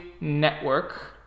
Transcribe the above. network